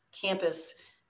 campus